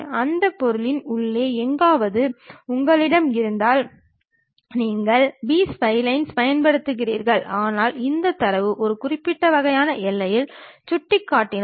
அந்த பொருளின் உள்ளே எங்காவது உங்களிடம் இருந்தால் நீங்கள் பி ஸ்ப்லைன்களைப் பயன்படுத்துகிறீர்கள் ஆனால் இந்த தரவு ஒரு குறிப்பிட்ட வகையான எல்லையில் சுட்டிக்காட்டினால்